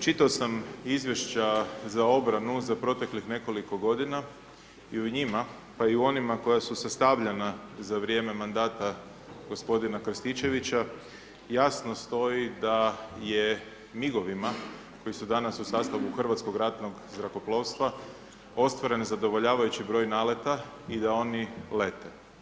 čitao sam Izvješća za obranu za proteklih nekoliko godina i u njima, pa i u onima koja su sastavljana za vrijeme mandata g. Krstičevića, jasno stoji da je migovima koji su danas u sastavu Hrvatskog ratnog zrakoplovstva, ostvaren zadovoljavajući broj naleta i da oni lete.